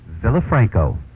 Villafranco